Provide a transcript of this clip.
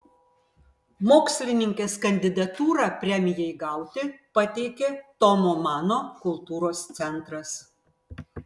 mokslininkės kandidatūrą premijai gauti pateikė tomo mano kultūros centras